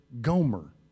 Gomer